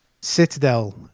Citadel